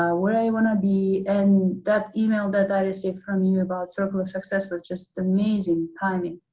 ah where i want to be. and that email that i received from you about circle of success was just amazing timing.